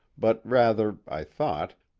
but rather, i thought,